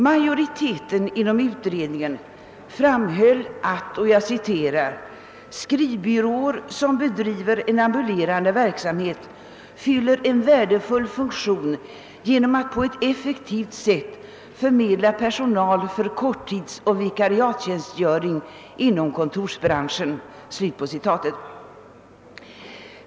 Majoriteten bland de sakkunniga framhöll att skrivbyråer som bedriver en ambulerande verksamhet »fyller en vär defull funktion genom att på ett effektivt sätt förmedla personal för korttidsoch vikariatstjänstgöring inom kontorsbranschen».